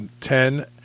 ten